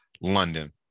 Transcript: London